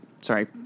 sorry